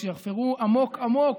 כשיחפרו עמוק עמוק,